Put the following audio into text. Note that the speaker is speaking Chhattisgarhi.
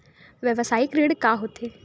व्यवसायिक ऋण का होथे?